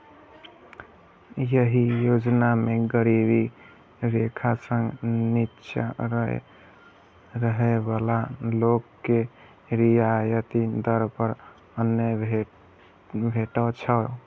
एहि योजना मे गरीबी रेखा सं निच्चा रहै बला लोक के रियायती दर पर अन्न भेटै छै